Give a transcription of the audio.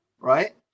Right